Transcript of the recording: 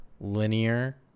linear